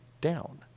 down